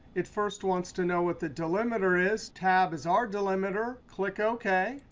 it first wants to know what the delimiter is. tab is our delimiter. click ok.